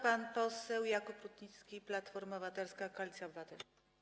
Pan poseł Jakub Rutnicki, Platforma Obywatelska - Koalicja Obywatelska.